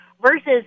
versus